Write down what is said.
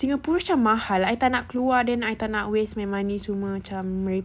singapura macam mahal I tak nak keluar then I tak nak waste my money semua macam merepek